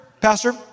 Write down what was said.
pastor